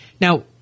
Now